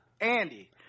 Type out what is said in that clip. Andy